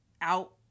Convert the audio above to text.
out